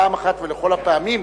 פעם אחת ולכל הפעמים,